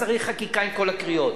צריך לזה חקיקה עם כל הקריאות.